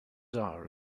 are